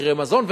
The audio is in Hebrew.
מחירי מזון,